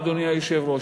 אדוני היושב-ראש,